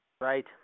Right